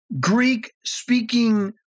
Greek-speaking